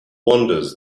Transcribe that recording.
wanders